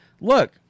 look